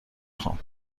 خوام